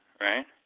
right